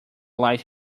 light